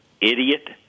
idiot